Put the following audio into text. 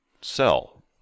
sell